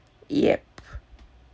yup